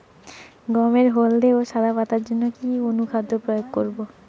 গমের হলদে ও সাদা পাতার জন্য কি অনুখাদ্য প্রয়োগ করব?